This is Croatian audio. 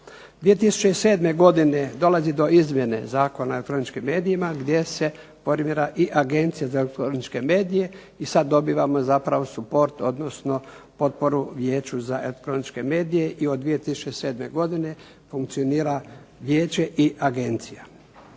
2007. godine dolazi do izmjene Zakona o elektroničkim medijima gdje se koordinira i Agencija za elektroničke medije i sad dobivamo zapravo support, odnosno potporu Vijeću za elektroničke medije i od 2007. godine funkcionira vijeće i agencija.